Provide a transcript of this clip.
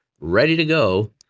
ready-to-go